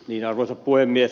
arvoisa puhemies